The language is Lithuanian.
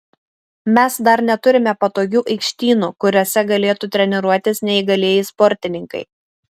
mes dar neturime patogių aikštynų kuriuose galėtų treniruotis neįgalieji sportininkai